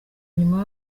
nyuma